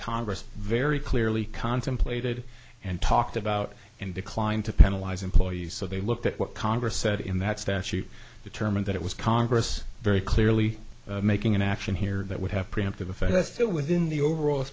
congress very clearly contemplated and talked about and declined to penalize employees so they looked at what congress said in that statute determined that it was congress very clearly making an action here that would have preemptive effect that's still within the overall